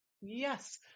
Yes